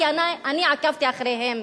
כי אני עקבתי אחריהם.